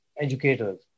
educators